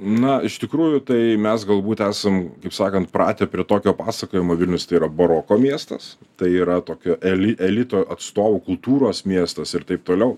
na iš tikrųjų tai mes galbūt esam kaip sakant pratę prie tokio pasakojimo vilnius tai yra baroko miestas tai yra tokio eli elito atstovų kultūros miestas ir taip toliau